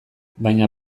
baina